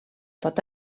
pot